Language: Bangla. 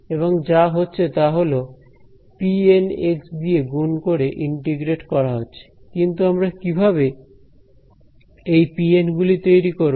এবং যা হচ্ছে তা হল pN দিয়ে গুণ করে ইন্টিগ্রেট করা হচ্ছে কিন্তু আমরা কিভাবে এই pN গুলি তৈরি করব